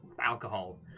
alcohol